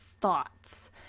thoughts